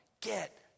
get